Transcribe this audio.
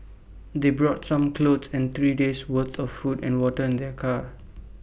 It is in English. they brought some clothes and three days' worth of food and water in their car